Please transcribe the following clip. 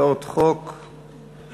הצעת חוק כ/464.